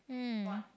mm